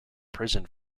prison